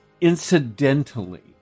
incidentally